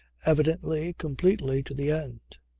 evidently, completely to the end.